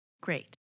Great